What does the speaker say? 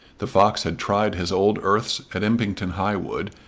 the fox had tried his old earths at impington high wood,